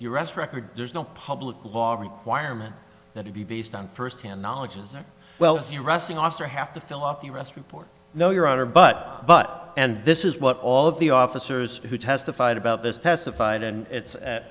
arrest record there's no public law require meant that to be based on first hand knowledge as well as the arresting officer have to fill out the rest report no your honor but but and this is what all of the officers who testified about this testified and it's